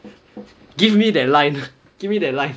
give me that line give me that line